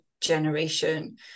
generation